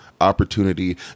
opportunity